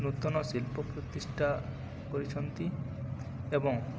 ନୂତନ ଶିଳ୍ପ ପ୍ରତିଷ୍ଠା କରିଛନ୍ତି ଏବଂ